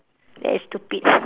it's stupid